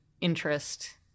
interest